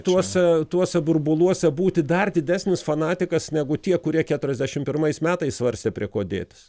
tuose tuose burbuluose būti dar didesnis fanatikas negu tie kurie keturiasdešim pirmais metais svarstė prie ko dėtis